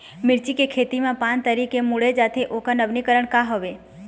मिर्ची के खेती मा पान तरी से मुड़े जाथे ओकर नवीनीकरण का हवे?